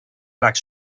black